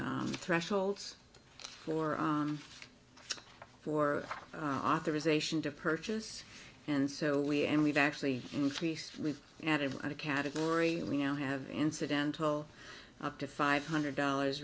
thresholds for for authorization to purchase and so we and we've actually increased we've added at a category we now have incidental up to five hundred dollars